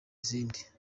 izindi